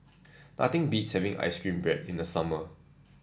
nothing beats having ice cream bread in the summer